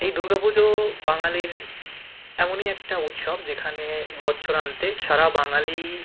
এই দুর্গা পুজো বাঙালির এমনই একটা উৎসব যেখানে বৎসরান্তে সারা বাঙালি